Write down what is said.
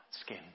skin